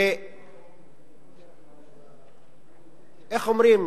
איך אומרים,